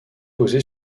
posé